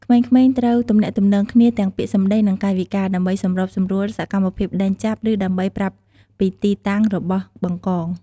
ក្មេងៗត្រូវទំនាក់ទំនងគ្នា ទាំងពាក្យសម្ដី និងកាយវិការ ដើម្បីសម្របសម្រួលសកម្មភាពដេញចាប់ ឬដើម្បីប្រាប់ពីទីតាំងរបស់ បង្កង។